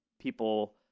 people